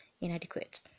inadequate